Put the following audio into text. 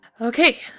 Okay